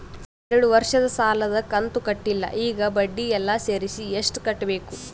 ಎರಡು ವರ್ಷದ ಸಾಲದ ಕಂತು ಕಟ್ಟಿಲ ಈಗ ಬಡ್ಡಿ ಎಲ್ಲಾ ಸೇರಿಸಿ ಎಷ್ಟ ಕಟ್ಟಬೇಕು?